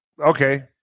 Okay